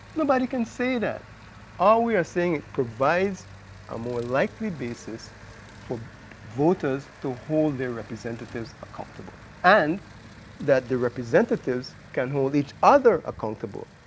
nobody can say that all we are saying is it provides a more likely basis for voters to hold their representatives accountable. and that their representatives can hold each other accountable.